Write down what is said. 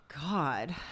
God